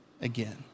again